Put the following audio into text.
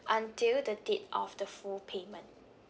until the date of the full payment